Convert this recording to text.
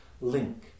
link